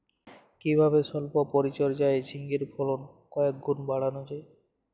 কিভাবে সল্প পরিচর্যায় ঝিঙ্গের ফলন কয়েক গুণ বাড়ানো যায়?